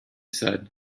said